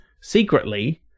secretly